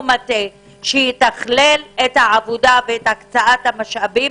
מטה שיתכלל את העבודה ואת הקצאת המשאבים